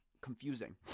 confusing